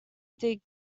dig